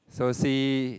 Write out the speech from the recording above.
so see